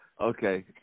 okay